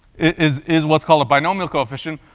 is is what's called a binomial coefficient,